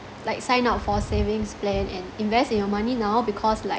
like sign up for savings plan and invest in your money now because like